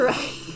Right